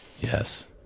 Yes